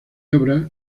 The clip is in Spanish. obra